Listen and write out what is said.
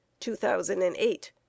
2008